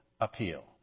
appeal